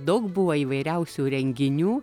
daug buvo įvairiausių renginių